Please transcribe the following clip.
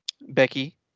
Becky